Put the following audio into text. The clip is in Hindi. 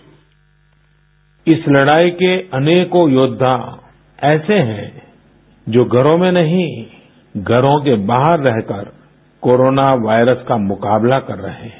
बाईट इस लड़ाई के अनेकों योद्वा ऐसे हैं जो घरों में नहीं घरों के बाहर रहकर कोरोना वायरस का मुकाबला कर रहे हैं